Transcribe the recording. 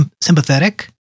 sympathetic